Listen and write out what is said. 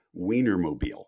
Wienermobile